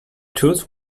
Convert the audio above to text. choose